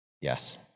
Yes